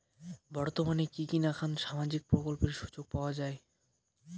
বর্তমানে কি কি নাখান সামাজিক প্রকল্পের সুযোগ পাওয়া যায়?